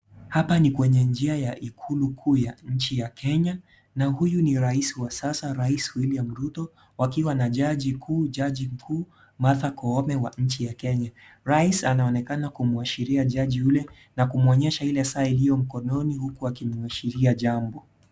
Hapa ni kwenye njia ya ikulu kuu ya nchi ya kenya, na huyu ni rais wa sasa rais Willuam Ruto wakiwa na jaji mkuu Martha Koome wa nchi ya Kenya, rais anaonekena kumwashiria jaji yule na kumwonyesha ile saa iliyo mkononi huku akimwashiria jambo.